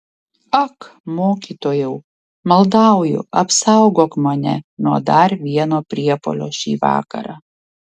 ak mokytojau maldauju apsaugok mane nuo dar vieno priepuolio šį vakarą